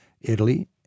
Italy